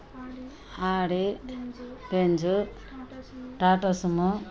Audi Audi Benz Benz Tata sumo Tata sumo